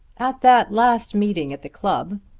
at that last meeting at the club,